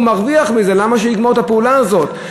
הוא מרוויח מזה, למה שהוא יגמור את הפעולה הזאת?